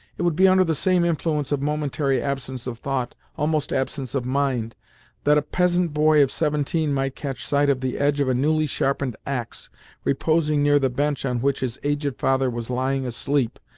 it would be under the same influence of momentary absence of thought almost absence of mind that a peasant boy of seventeen might catch sight of the edge of a newly-sharpened axe reposing near the bench on which his aged father was lying asleep,